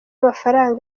amafaranga